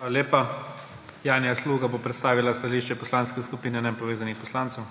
PREDSEDNIK IGOR ZORČIČ: Hvala lepa. Janja Sluga bo predstavila stališče Poslanske skupine nepovezanih poslancev.